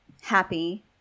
happy